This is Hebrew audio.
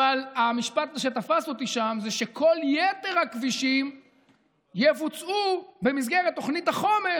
אבל המשפט שתפס אותי שם זה שכל יתר הכבישים יבוצעו במסגרת תוכנית החומש,